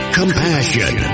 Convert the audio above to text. compassion